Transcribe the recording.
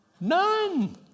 None